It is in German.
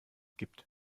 gibt